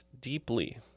deeply